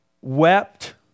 wept